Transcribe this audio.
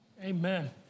Amen